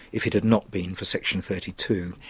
if it had not been for section thirty two.